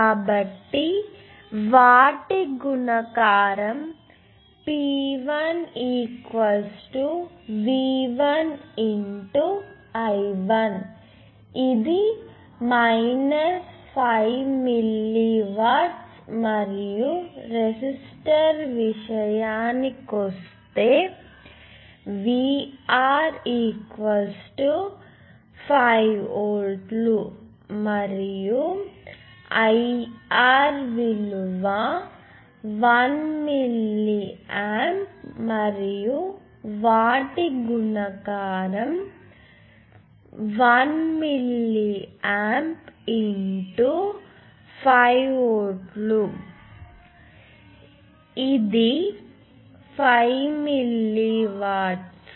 కాబట్టి వాటి గుణకారం P1 V1 I1 ఇది మైనస్ 5 మిల్లీ వాట్స్ మరియు రెసిస్టర్ విషయానికొస్తే VR 5 వోల్ట్లు మరియు IR విలువ 1 మిల్లియాంప్ మరియు వాటి గుణకారం 1 మిల్లియాంప్ 5 వోల్ట్లు ఇది 5 మిల్లీ వాట్స్